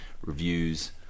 reviews